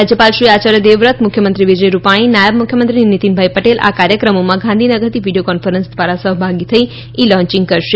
રાજ્યપાલ શ્રી આચાર્ય દેવવ્રત મુખ્યમંત્રી વિજયરૂપાણી નાયબ મુખ્યમંત્રી નીતિનભાઇ પટેલ આ કાર્યક્રમોમાં ગાંધીનગરથી વિડીયો કોન્ફરન્સ દ્વારા સહભાગી થઇનેઇ લોન્યીંગ કરશે